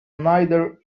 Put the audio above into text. neither